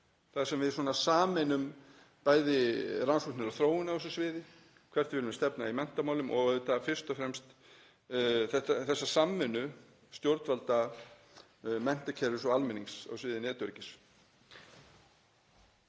þar sem við sameinum bæði rannsóknir og þróun á þessu sviði, hvert við viljum stefna í menntamálum og auðvitað fyrst og fremst þessa samvinnu stjórnvalda, menntakerfis og almennings á sviði netöryggis.